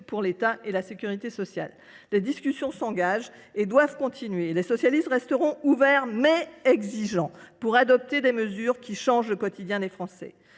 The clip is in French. pour l’État et la sécurité sociale. Les discussions s’engagent et doivent continuer. Les socialistes resteront ouverts, mais exigeants pour adopter des mesures qui changeront le quotidien des Français.